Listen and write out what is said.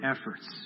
efforts